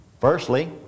Firstly